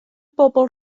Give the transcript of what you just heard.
bobl